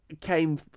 came